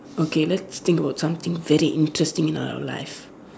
okay let's think about something very interesting in our life